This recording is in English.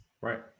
Right